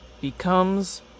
becomes